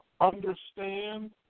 understand